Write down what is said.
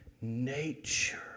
nature